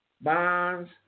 bonds